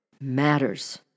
matters